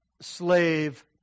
slave